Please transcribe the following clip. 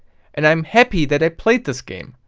and i'm happy that i played this game.